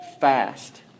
fast